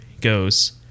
goes